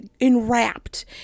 enwrapped